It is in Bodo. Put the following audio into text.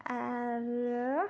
आरो